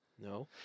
No